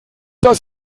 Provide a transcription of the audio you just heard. dass